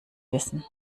wissen